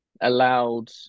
allowed